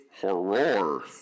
horror